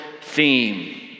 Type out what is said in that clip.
theme